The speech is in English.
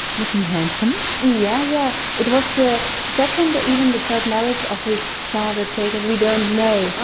looking handsome. yeah yeah it was the second or even the third marriage of his father jacob, we don't know,